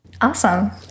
Awesome